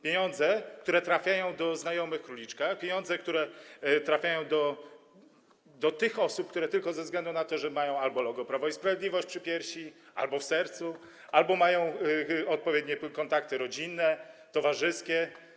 Pieniądze, które trafiają do znajomych króliczka, pieniądze, które trafiają do tych osób tylko ze względu na to, że mają albo logo Prawo i Sprawiedliwość przy piersi albo w sercu, albo mają odpowiednie kontakty rodzinne, towarzyskie.